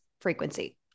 frequency